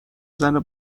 زنه